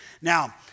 Now